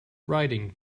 writing